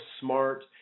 smart